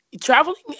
Traveling